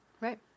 Right